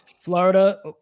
Florida